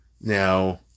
Now